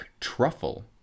truffle